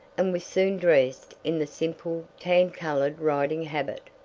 and was soon dressed in the simple tan-colored riding habit,